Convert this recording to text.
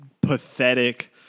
pathetic